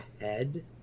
head